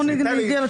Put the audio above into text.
בוא נגיע לתשובה.